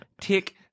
tick